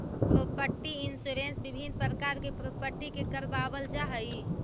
property insurance विभिन्न प्रकार के प्रॉपर्टी के करवावल जाऽ हई